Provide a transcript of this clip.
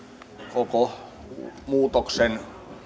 koko muutoksen